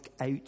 out